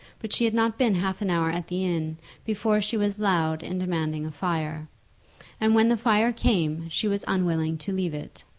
but she had not been half an hour at the inn before she was loud in demanding a fire and when the fire came she was unwilling to leave it.